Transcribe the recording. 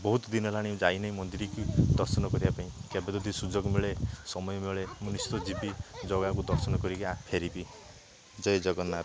ବହୁତ ଦିନ ହେଲାଣି ଯାଇନି ମନ୍ଦିରି କି ଦର୍ଶନ କରିବା ପାଇଁ କେବେ ଯଦି ସୁଯୋଗ ମିଳେ ସମୟ ମିଳେ ମୁଁ ନିଶ୍ଚିତ ଯିବି ଜଗାକୁ ଦର୍ଶନ କରିକି ଆ ଫେରିବି ଜୟ ଜଗନ୍ନାଥ